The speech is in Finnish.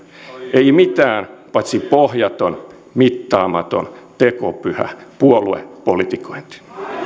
ei mitään paitsi pohjaton mittaamaton tekopyhä puoluepolitikointi